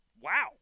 wow